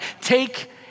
take